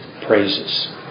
praises